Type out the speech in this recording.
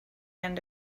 end